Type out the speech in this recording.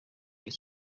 ibya